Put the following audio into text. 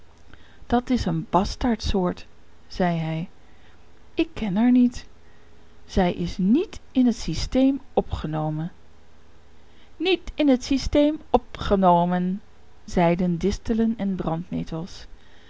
dat is een bastaardsoort zei hij ik ken haar niet zij is niet in het systeem opgenomen niet in het systeem opgenomen zeiden distelen en brandnetels